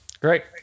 great